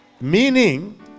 meaning